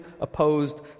opposed